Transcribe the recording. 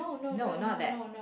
no not that